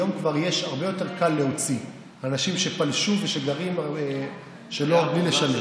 היום כבר הרבה יותר קל להוציא אנשים שפלשו ושגרים בלי לשלם.